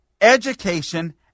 education